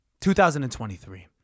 2023